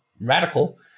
radical